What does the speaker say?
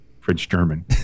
French-German